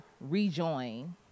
rejoin